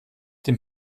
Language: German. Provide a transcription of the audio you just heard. den